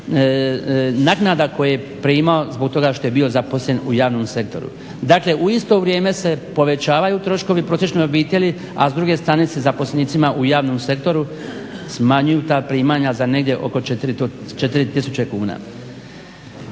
naknada koje je primao zbog toga što je bio zaposlen u javnom sektoru. Dakle, u isto vrijeme se povećavaju troškovi prosječnoj obitelji, a s druge strane se zaposlenicima u javnom sektoru smanjuju ta primanja za negdje oko 4000 kuna.